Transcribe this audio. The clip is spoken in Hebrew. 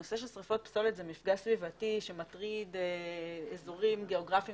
נושא של שריפות פסולת זה מפגע סביבתי שמטריד אזורים גיאוגרפיים